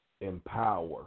empower